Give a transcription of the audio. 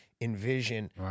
envision